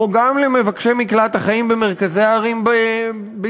וגם למבקשי מקלט החיים במרכזי ערים בישראל.